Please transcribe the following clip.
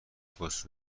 زندگیاش